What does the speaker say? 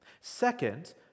Second